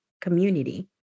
community